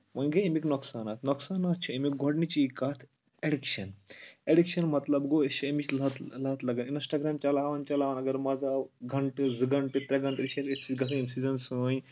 وۄنۍ گٔے اَمیِکۍ نۄقصانات نۄقصانات چھِ اَمیُک گۄڈنِچی کَتھ ایڈِکشَن ایڈِکشَن مطلب گوٚو أسۍ چھِ اَمِچ لَت لَت لَگان اِنسٹاگرٛام چَلاوَان چَلاوَان اگر مَزٕ آو گنٛٹہٕ زٕ گنٛٹہٕ ترٛےٚ گَنٹہٕ چھِ أسۍ سۭتۍ گژھان ییٚمہِ سۭتۍ زَن سٲنۍ